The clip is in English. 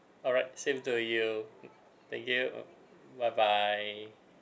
all right same to you mm thank you um bye bye